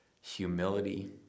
humility